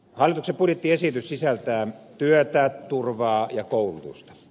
hallituksen budjettiesitys sisältää työtä turvaa ja koulutusta